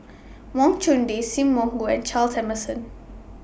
Wang Chunde SIM Wong Hoo and Charles Emmerson